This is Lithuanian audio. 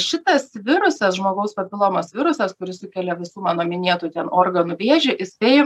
šitas virusas žmogaus papilomos virusas kuris sukelia visų mano minėtų ten organų vėžį jisai